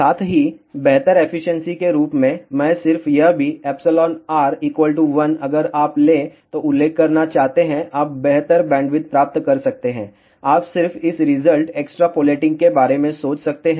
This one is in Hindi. साथ ही बेहतर एफिशिएंसी के रूप में मैं सिर्फ यह भी εr 1 अगर आप ले तो उल्लेख करना चाहते हैं आप बेहतर बैंडविड्थ प्राप्त कर सकते हैंआप सिर्फ इस रिजल्ट एक्स्ट्रापोलेटिंग के बारे में सोच सकते हैं